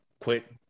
quit